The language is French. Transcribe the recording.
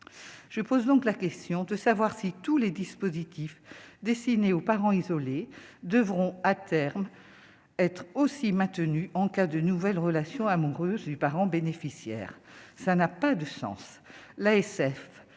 je pose donc la question de savoir si tous les dispositifs destinés aux parents isolés devront à terme être aussi maintenu en cas de nouvelles relations amoureuses du parent bénéficiaire, ça n'a pas de sens,